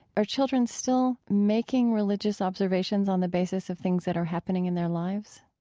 are children still making religious observations on the basis of things that are happening in their lives?